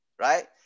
right